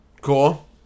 Cool